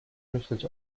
myśleć